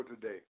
today